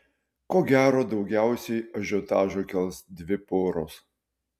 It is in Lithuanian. ko gero daugiausiai ažiotažo kels dvi poros